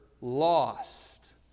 lost